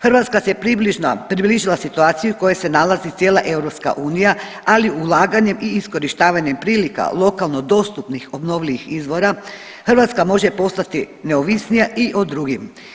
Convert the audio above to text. Hrvatska se približila situaciji u kojoj se nalazi cijela EU, ali ulaganjem i iskorištavanjem prilika lokalno dostupnih obnovljivih izvora Hrvatska može postati neovisnija i o drugim.